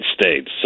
States